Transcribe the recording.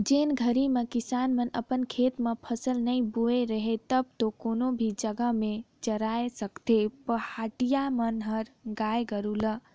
जेन घरी में किसान मन अपन खेत म फसल नइ बुने रहें तब तो कोनो भी जघा में चराय सकथें पहाटिया मन ह गाय गोरु ल